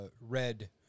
red